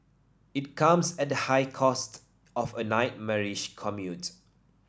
it comes at the high cost of a nightmarish commute